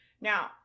Now